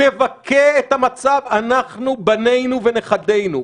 נבכה את המצב אנחנו בנינו ונכדינו,